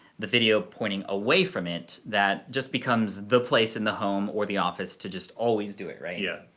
the video pointing away from it, that just becomes the place in the home or the office to just always do it, right? yeah,